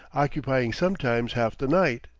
occupying sometimes half the night,